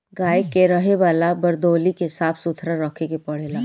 गाई के रहे वाला वरदौली के साफ़ सुथरा रखे के पड़ेला